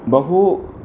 बहु